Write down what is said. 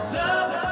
love